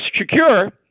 secure